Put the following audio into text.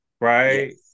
right